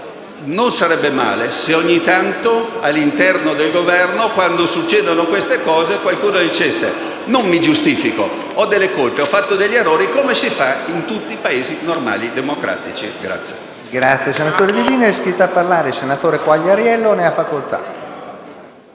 Non sarebbe male se ogni tanto, all'interno del Governo, quando succedono queste cose, qualcuno dicesse: «non mi giustifico, ho delle colpe, ho fatto degli errori», come si fa in tutti i Paesi normali e democratici. *(Applausi dal Gruppo LN-Aut).* PRESIDENTE. È iscritto a parlare il senatore Quagliariello. Ne ha facoltà.